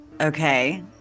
Okay